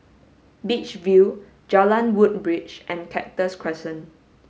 Beach View Jalan Woodbridge and Cactus Crescent